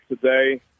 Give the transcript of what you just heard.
today